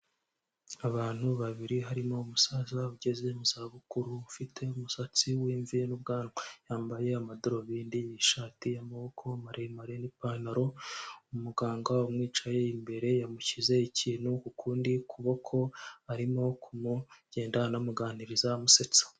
Abantu babiri harimo umusaza ugeze mu zabukuru ufite umusatsi w'imvi n'ubwanwa, yambaye amadarubindi, ishati y'amaboko maremare n'ipantaro, umuganga umwicaye imbere yamushyize ikintu ku kundi kuboko, arimo kugenda anamuganiriza, amusetsa.